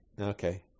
Okay